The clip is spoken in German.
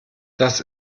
das